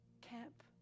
camp